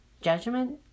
judgment